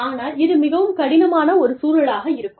ஆனால் இது மிகவும் கடினமான ஒரு சூழலாக இருக்கும்